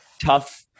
tough